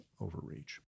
overreach